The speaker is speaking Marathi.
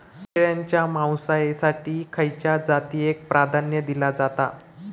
शेळीच्या मांसाएसाठी खयच्या जातीएक प्राधान्य दिला जाता?